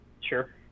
Sure